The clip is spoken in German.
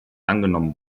angenommen